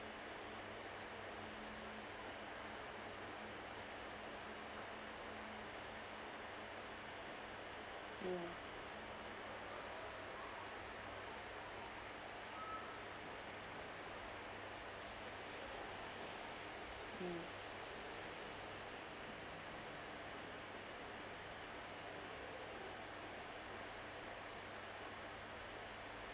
mm mm